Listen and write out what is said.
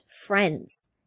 friends